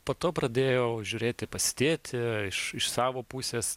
po to pradėjau žiūrėti pas tėtį iš savo pusės